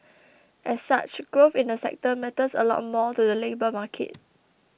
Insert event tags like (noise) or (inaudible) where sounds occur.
(noise) as such growth in the sector matters a lot more to the labour market